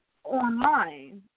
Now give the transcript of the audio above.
online